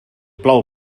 plou